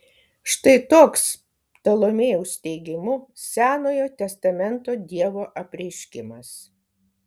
štai toks ptolomėjaus teigimu senojo testamento dievo apreiškimas